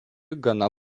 gana